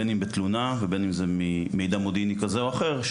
בין אם בתלונה ובין אם ממידע מודיעיני כזה או אחר,